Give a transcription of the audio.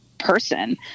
person